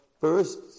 First